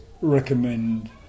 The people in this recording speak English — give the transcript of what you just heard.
recommend